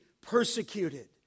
persecuted